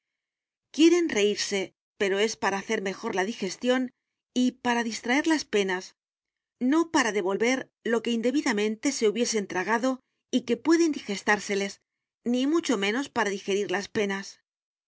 quieren reírse pero es para hacer mejor la digestión y para distraer las penas no para devolver lo que indebidamente se hubiesen tragado y que puede indigestárseles ni mucho menos para digerir las penas